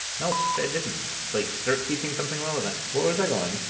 no, b, i didn't. like start teaching something relevant. where was i going?